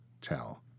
tell